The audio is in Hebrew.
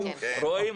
לך,